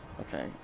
Okay